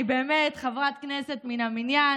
אני באמת חברת כנסת מן המניין,